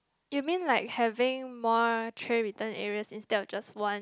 you mean like having more tray return areas instead of just one